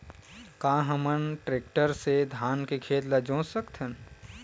का हमन टेक्टर से धान के खेत ल जोत सकथन?